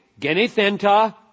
Genethenta